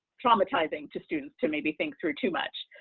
traumatizing to students, to maybe think through too much.